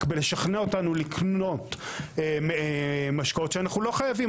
בלשכנע אותנו לקנות משקאות שאנחנו לא חייבים.